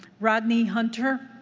rodney hunter?